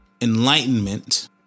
Enlightenment